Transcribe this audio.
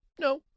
No